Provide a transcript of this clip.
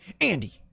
Andy